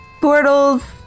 portal's